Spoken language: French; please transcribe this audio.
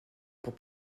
pour